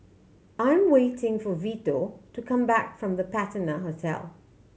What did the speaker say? I'm waiting for Vito to come back from The Patina Hotel